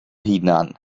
hunan